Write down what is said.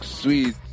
sweet